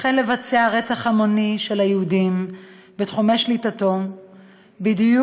החל לבצע רצח המוני של היהודים בתחומי שליטתו בדיוק